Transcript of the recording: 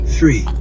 Three